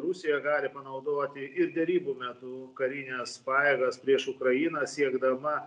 rusija gali panaudoti ir derybų metu karines pajėgas prieš ukrainą siekdama